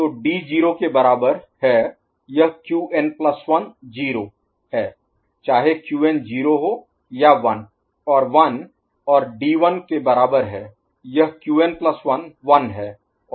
तो D 0 के बराबर है यह Qn1 0 है चाहे Qn 0 हो या 1 और 1 और D 1 के बराबर है यह Qn1 1 है और चाहे Qn 0 हो या 1